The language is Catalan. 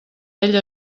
ell